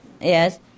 yes